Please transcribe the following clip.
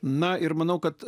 na ir manau kad